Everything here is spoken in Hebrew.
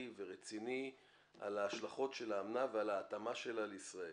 ורציני על ההשלכות של האמנה ועל ההתאמה שלה לישראל.